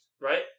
right